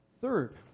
Third